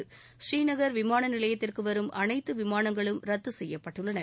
பூரீநகர் விமான நிலையத்திற்கு வரும் அனைத்து விமானங்களும் ரத்து செய்யப்பட்டுள்ளன